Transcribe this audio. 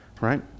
right